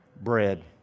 Bread